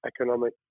economic